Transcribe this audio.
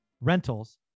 rentals